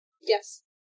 Yes